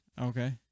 Okay